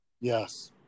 Yes